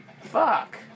Fuck